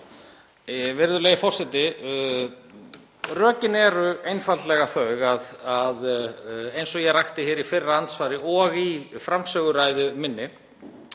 Virðulegi forseti. Rökin eru einfaldlega þau, eins og ég rakti í fyrra andsvari og í framsöguræðu minni,